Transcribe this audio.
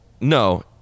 No